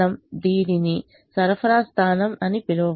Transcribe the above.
మనము దీనిని సరఫరా స్థానం అని పిలవవచ్చు ఇది డిమాండ్ స్థానం